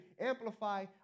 amplify